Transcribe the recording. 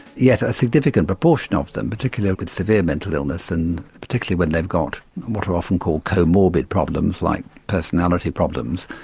yet a significant proportion of them, particularly with severe mental illness and particularly when they've got what are often called co-morbid problems like personality problems,